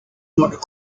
not